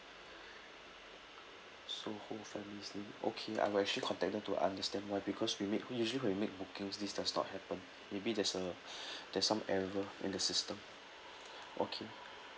so whole family's name okay I will actually contact them to understand why because we make we usually when we make bookings this does not happen maybe there's a there's some error in the system okay